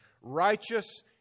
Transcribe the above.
Righteous